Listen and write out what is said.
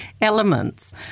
elements